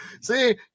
see